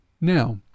Now